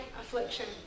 affliction